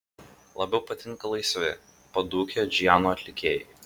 labiau patinka laisvi padūkę džiazo atlikėjai